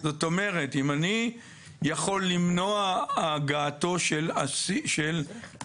זאת אומרת, אם אני יכול למנוע הגעתו של עצור,